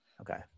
Okay